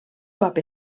cop